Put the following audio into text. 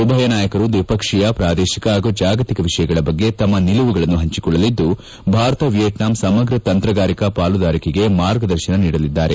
ಉಭಯ ನಾಯಕರು ದ್ವಿಪಕ್ಷೀಯ ಪ್ರಾದೇಶಿಕ ಮತ್ತು ಜಾಗತಿಕ ವಿಷಯಗಳ ಬಗ್ಗೆ ತಮ್ಮ ನಿಲುವುಗಳನ್ನು ಹಂಚಿಕೊಳ್ಳಲಿದ್ದು ಭಾರತ ವಿಯೆಟ್ನಾಂ ಸಮಗ್ರ ತಂತ್ರಗಾರಿಕಾ ಪಾಲುದಾರಿಕೆಗೆ ಮಾರ್ಗದರ್ಶನ ನೀಡಲಿದ್ದಾರೆ